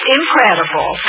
incredible